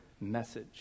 message